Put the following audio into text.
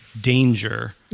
danger